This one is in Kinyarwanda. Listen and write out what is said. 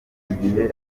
igihe